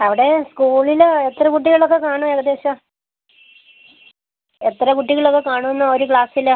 അവിടെ സ്കൂളിൽ എത്ര കുട്ടികളൊക്ക കാണും ഏകദേശം എത്ര കുട്ടികളൊക്കെ കാണും ഒരു ക്ലാസിൽ